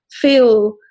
feel